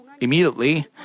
immediately